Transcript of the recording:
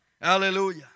Hallelujah